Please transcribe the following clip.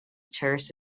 terse